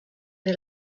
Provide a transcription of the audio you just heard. sri